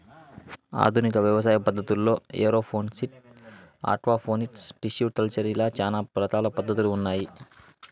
ఆధునిక వ్యవసాయ పద్ధతుల్లో ఏరోఫోనిక్స్, ఆక్వాపోనిక్స్, టిష్యు కల్చర్ ఇలా చానా రకాల పద్ధతులు ఉన్నాయి